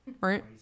Right